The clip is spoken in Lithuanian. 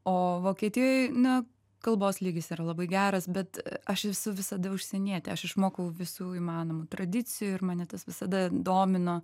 o vokietijoj na kalbos lygis yra labai geras bet aš esu visada užsienietė aš išmokau visų įmanomų tradicijų ir mane tas visada domino